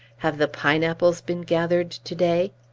have the pineapples been gathered to-day?